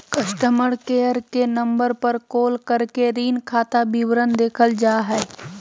customer care के number पर call करके ऋण खाता विवरण देखल जा हय